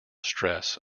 stress